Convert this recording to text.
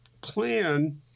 plan